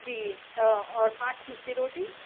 جی اور پانچ مسی روٹی